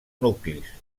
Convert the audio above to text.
nuclis